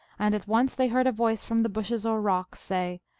and at once they heard a voice from the bushes, or rocks, say,